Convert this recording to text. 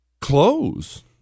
Clothes